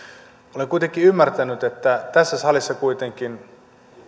olen ymmärtänyt että tässä salissa kuitenkin